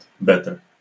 better